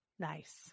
Nice